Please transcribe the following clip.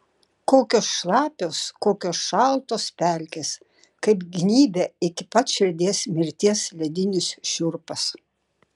kokios šlapios kokios šaltos pelkės kaip gnybia iki pat širdies mirties ledinis šiurpas